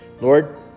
Lord